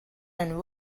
and